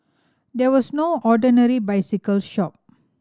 there was no ordinary bicycle shop